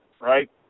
right